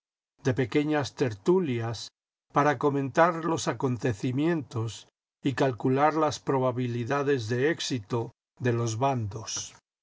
de pequeñas tertulias para comentar los acontecimientos y calcular las probabihdades de éxito de los bandos